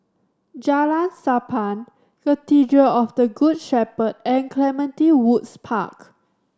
Jalan Sappan Cathedral of the Good Shepherd and Clementi Woods Park